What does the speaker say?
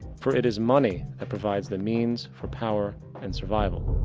for it is money that provides the means for power and survival.